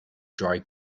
dry